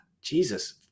Jesus